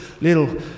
little